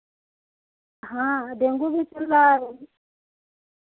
हाँ डेंगू भी चल रहा है